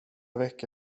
vecka